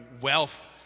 wealth